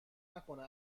نکنه